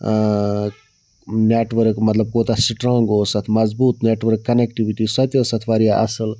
net work مطلب کوتاہ strong اوس اَتھ مضبوٗط نیٹ ؤرٕک کَنیکٹیٛوِٗٹی سۄ تہِ ٲسۍ اَتھ واریاہ اَصٕل